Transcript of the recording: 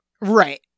right